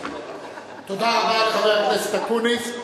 תודה רבה לחבר הכנסת אקוניס.